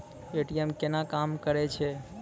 ATM केना काम करै छै?